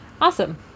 Awesome